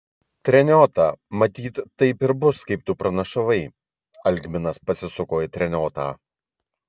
treniota matyt taip ir bus kaip tu pranašavai algminas pasisuko į treniotą